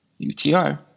UTR